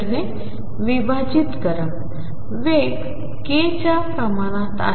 ने विभाजित करा वेग k च्या प्रमाणात आहे